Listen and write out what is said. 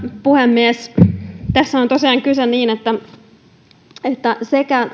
puhemies tässä on tosiaan kyse siitä että sekä